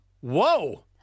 Whoa